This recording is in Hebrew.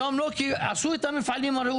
היום לא כי עשו את המפעלים הראויים.